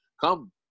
come